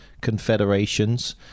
confederations